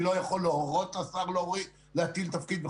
אני לא יכול להורות לשר להטיל תפקיד.